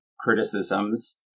criticisms